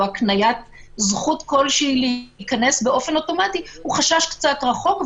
הקניית זכות להיכנס אוטומטית הוא קצת רחוק,